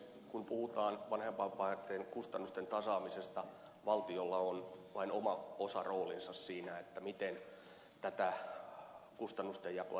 kun puhutaan vanhempainvapaitten kustannusten tasaamisesta valtiolla on vain oma osaroolinsa siinä miten tätä kustannusten jakoa tehdään